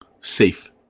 safe